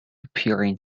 appearing